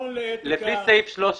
לפי סעיף 13